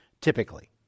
typically